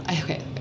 okay